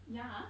yeah